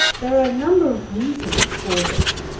there are a number of reasons for this,